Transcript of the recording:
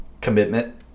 commitment